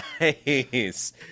Nice